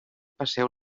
passeu